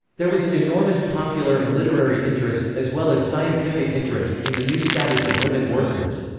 there was an enormous popular and literary interest, as well as scientific interest, in the new status of women workers.